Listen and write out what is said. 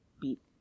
beat